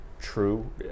true